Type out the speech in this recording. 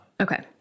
Okay